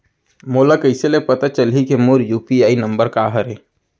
मोला कइसे ले पता चलही के मोर यू.पी.आई नंबर का हरे?